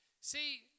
See